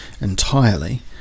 entirely